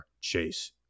chase